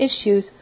issues